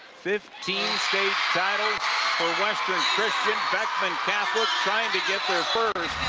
fifteen state titles for western christian, beckman catholic trying to get their first.